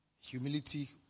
Humility